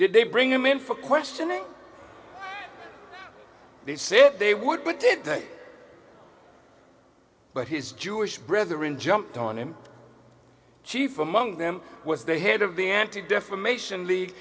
did they bring him in for questioning they said they would but did they but his jewish brother in jumped on him chief among them was the head of the anti defamation league